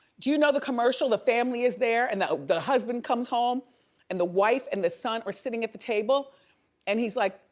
do you know the commercial? the family is there and the the husband comes home and the wife and the son are sitting at the table and he's like,